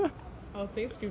I was playing scribble